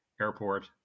Airport